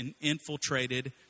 infiltrated